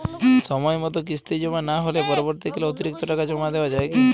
সময় মতো কিস্তি জমা না হলে পরবর্তীকালে অতিরিক্ত টাকা জমা দেওয়া য়ায় কি?